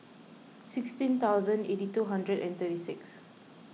sixteen thousand eighty two hundred and thirty six